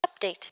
Update